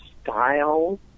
style